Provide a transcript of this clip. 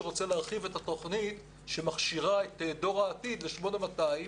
רוצה להרחיב את התוכנית שמכשירה את דור העתיד ל-8220